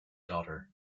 daughter